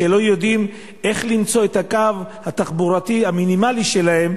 לא יודעים למצוא את הקו התחבורתי המינימלי שלהם